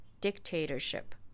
dictatorship